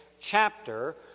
chapter